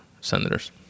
senators